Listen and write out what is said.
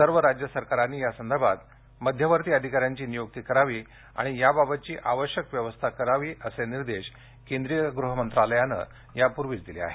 सर्व राज्य सरकारांनी या संदर्भात नोडल अधिकाऱ्याची नियुक्ती करावी आणि याबाबतची आवश्यक व्यवस्था करावी असे निर्देश केंद्रीय गृह मंत्रालयानं दिले आहेत